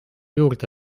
juurde